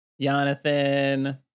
Jonathan